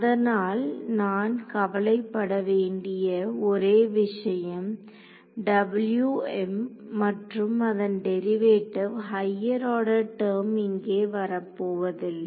அதனால் நான் கவலைப்பட வேண்டிய ஒரே விஷயம் மற்றும் அதன் டெரிவேட்டிவ் ஹையர் ஆர்டர் டெர்ம் இங்கே வரப்போவதில்லை